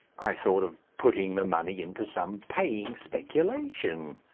i thought of putting the money into some paying speculation.